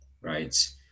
right